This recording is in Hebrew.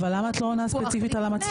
למה את לא עונה ספציפית על המצלמות?